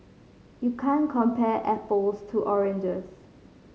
you can't compare apples to oranges